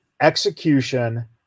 execution